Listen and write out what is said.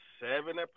Seven